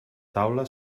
taula